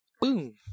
boom